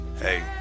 Hey